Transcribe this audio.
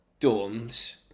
dorms